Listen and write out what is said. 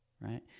right